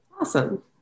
Awesome